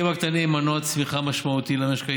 הם מנוע צמיחה משמעותי למשק ישראלי,